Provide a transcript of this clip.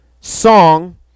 song